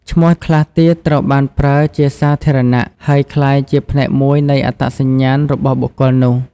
ឈ្មោះខ្លះទៀតត្រូវបានប្រើជាសាធារណៈ ហើយក្លាយជាផ្នែកមួយនៃអត្តសញ្ញាណរបស់បុគ្គលនោះ។